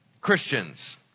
Christians